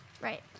Right